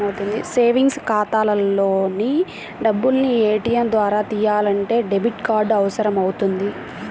savings ఖాతాలోని డబ్బుల్ని ATM ద్వారా తియ్యాలంటే డెబిట్ కార్డు అవసరమవుతుంది